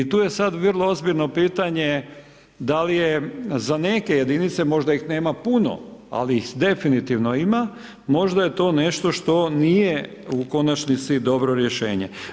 I tu je sad vrlo ozbiljno pitanje da li je za neke jedinice, možda ih nema puno ali ih definitivno ima, možda je to nešto što nije u konačnici dobro rješenje.